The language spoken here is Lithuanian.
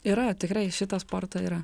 yra tikrai šito sporto yra